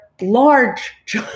large